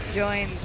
join